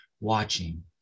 watching